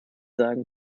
sagen